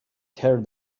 tear